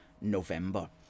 November